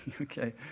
okay